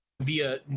via